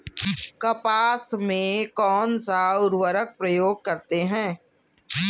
कपास में कौनसा उर्वरक प्रयोग करते हैं?